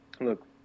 look